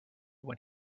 when